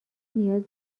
نیاز